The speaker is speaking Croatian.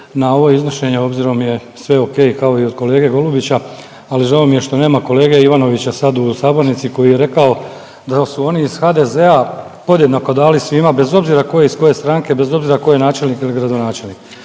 na ovo iznošenje obzirom je sve ok kao i od kolege Golubića, ali žao mi je što nema kolege Ivanovića sad u sabornici koji je rekao da su oni iz HDZ podjednako dali svima bez obzira tko je iz koje stranke, bez obzira tko je načelnik ili gradonačelnik.